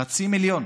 חצי מיליון.